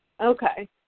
Okay